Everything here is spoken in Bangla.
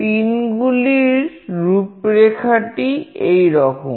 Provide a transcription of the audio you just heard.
পিনগুলির রূপরেখাটি এইরকম